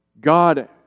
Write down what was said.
God